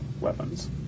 weapons